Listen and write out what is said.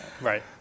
Right